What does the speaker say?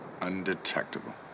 undetectable